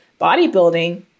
bodybuilding